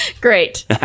great